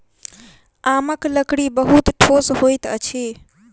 आमक लकड़ी बहुत ठोस होइत अछि